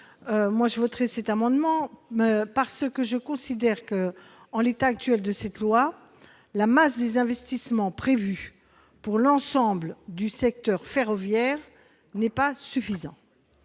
vote. Je voterai ces amendements, car je considère qu'en l'état actuel du texte la masse des investissements prévus pour l'ensemble du secteur ferroviaire n'est pas suffisante.